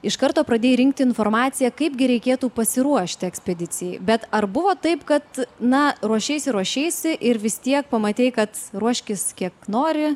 iš karto pradėjai rinkti informaciją kaipgi reikėtų pasiruošti ekspedicijai bet ar buvo taip kad na ruošeisi ruošeisi ir vis tiek pamatei kad ruoškis kiek nori